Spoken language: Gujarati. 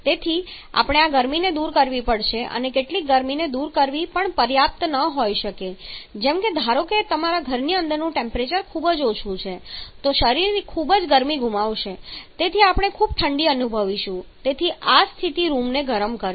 તેથી આપણે આ ગરમીને દૂર કરવી પડશે અને કેટલીકવાર ગરમીને દૂર કરવી પણ પર્યાપ્ત ન હોઈ શકે જેમ કે ધારો કે તમારા ઘરની અંદરનું ટેમ્પરેચર ખૂબ ઓછું છે તો શરીર ખૂબ ગરમી ગુમાવશે તેથી આપણે ખૂબ ઠંડી અનુભવીશું અને તેથી આ સ્થિતિ રૂમને ગરમ કરશે